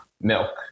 milk